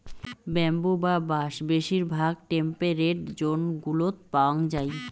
bamboo বা বাঁশ বেশিরভাগ টেম্পেরেট জোন গুলোত পাওয়াঙ যাই